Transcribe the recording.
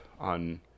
on